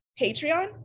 Patreon